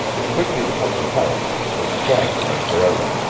it quickly becomes apparent that the quiet times are over.